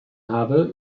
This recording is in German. habe